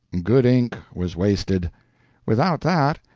good ink was wasted without that,